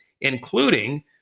including